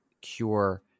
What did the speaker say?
cure